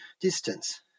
distance